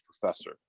professor